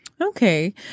Okay